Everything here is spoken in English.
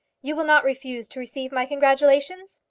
you will not refuse to receive my congratulations?